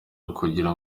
ukugira